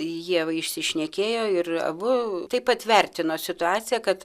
jie va išsišnekėjo ir abu taip pat vertino situaciją kad